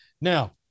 Now